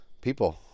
people